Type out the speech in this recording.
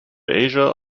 asia